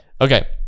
Okay